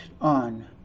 on